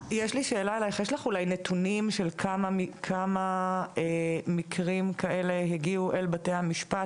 יש לך אולי נתונים של כמה מקרים כאלה הגיעו אל בתי המשפט?